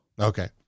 Okay